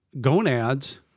gonads